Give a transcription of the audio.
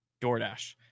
DoorDash